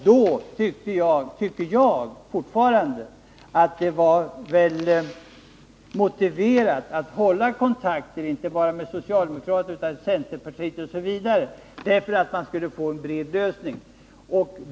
Då tyckte jag — och jag tycker det fortfarande — att det var motiverat att hålla kontakt inte bara med socialdemokraterna utan även med centerpartiet och andra i syfte att åstadkomma en bred lösning.